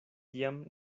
tiam